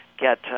get